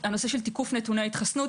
הנושא של תיקוף נתוני ההתחסנות.